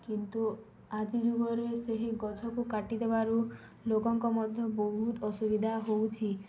କିନ୍ତୁ ଆଜି ଯୁଗରେ ସେହି ଗଛକୁ କାଟି ଦେବାରୁ ଲୋକଙ୍କ ମଧ୍ୟ ବହୁତ ଅସୁବିଧା ହେଉଛି